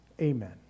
amen